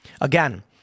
Again